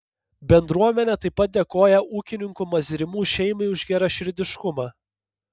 bendruomenė taip pat dėkoja ūkininkų mazrimų šeimai už geraširdiškumą